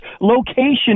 location